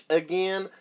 again